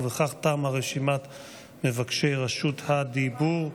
בכך תמה רשימת מבקשי רשות הדיבור.